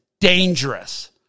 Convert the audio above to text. dangerous